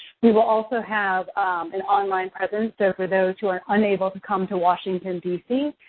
we will also have an online presence. so, for those who are unable to come to washington, dc,